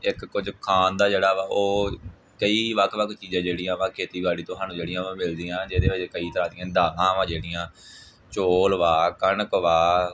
ਇੱਕ ਕੁਝ ਖਾਣ ਦਾ ਜਿਹੜਾ ਵਾ ਉਹ ਕਈ ਵੱਖ ਵੱਖ ਚੀਜ਼ਾਂ ਜਿਹੜੀਆਂ ਵਾ ਖੇਤੀਬਾੜੀ ਤੋਂ ਸਾਨੂੰ ਜਿਹੜੀਆਂ ਵਾ ਮਿਲਦੀਆਂ ਹੈ ਜਿਹਦੇ ਵਿੱਚ ਕਈ ਤਰ੍ਹਾਂ ਦਾਲਾਂ ਵਾ ਜਿਹੜੀਆਂ ਚੌਲ ਵਾ ਕਣਕ ਵਾ